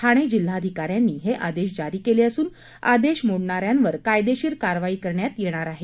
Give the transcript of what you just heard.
ठाणे जिल्हाधिकाऱ्यांनी हे आदेश जारी केले असून आदेश मोडणाऱ्यांवर कायदेशीर कारवाई करण्यात येणार आहे